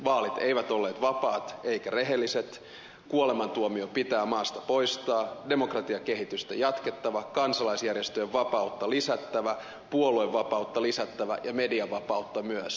vaalit eivät olleet vapaat eivätkä rehelliset kuolemantuomio pitää maasta poistaa demokratian kehitystä on jatkettava kansalaisjärjestöjen vapautta lisättävä puoluevapautta lisättävä ja median vapautta myös